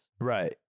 Right